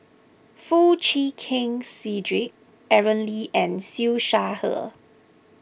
Foo Chee Keng Cedric Aaron Lee and Siew Shaw Her